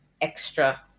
extra